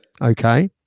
Okay